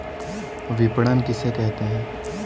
विपणन किसे कहते हैं?